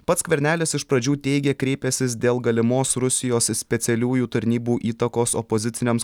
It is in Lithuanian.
pats skvernelis iš pradžių teigė kreipęsis dėl galimos rusijos specialiųjų tarnybų įtakos opoziciniams